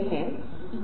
आगे झुकें